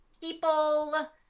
people